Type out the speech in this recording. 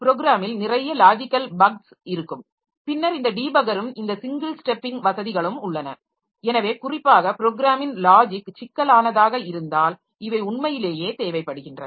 ப்ரோக்ராமில் நிறைய logical bugs இருக்கும் பின்னர் இந்த டீபக்கரும் இந்த சிங்கிள் ஸ்டெப்பிங் வசதிகளும் உள்ளன எனவே குறிப்பாக ப்ரோக்ராமின் லாஜிக் சிக்கலானதாக இருந்தால் இவை உண்மையிலேயே தேவைப்படுகின்றன